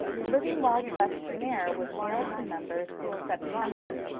the livingwell questionnaire was mailed to members in september.